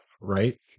right